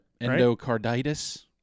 Endocarditis